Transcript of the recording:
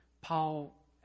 Paul